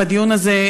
בדיון הזה,